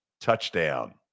touchdown